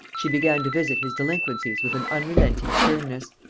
she began to visit his delinquencies with an unrelenting sternness.